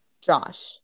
Josh